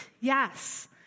yes